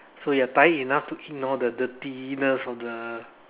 so you are tired enough to ignore the the dirtiness of the